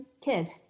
kid